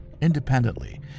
Independently